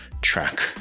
track